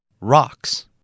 Rocks